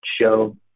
show